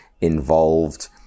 involved